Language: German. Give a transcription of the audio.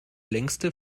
längste